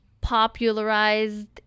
popularized